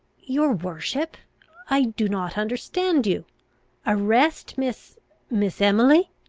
your worship i do not understand you arrest miss miss emily!